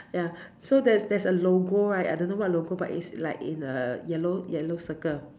ya so there's there's a logo right I don't know what logo but is like in a yellow yellow circle